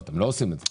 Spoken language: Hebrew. אתם לא עושים את זה.